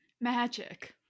magic